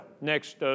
next